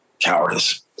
cowardice